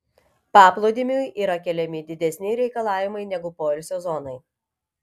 paplūdimiui yra keliami didesni reikalavimai negu poilsio zonai